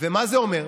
ומה זה אומר?